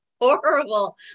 horrible